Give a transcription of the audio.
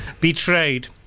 Betrayed